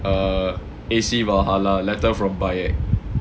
err A_C valhalla letter from bayek